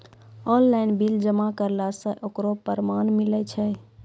Online bill जमा करला से ओकरौ परमान मिलै छै?